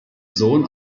sohn